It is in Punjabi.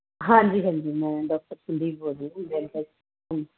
ਹਾਂਜੀ ਹਾਂਜੀ ਮੈਂ ਡੋਕਟਰ ਸੰਦੀਪ ਬੋਲ ਰਹੀ ਆਂ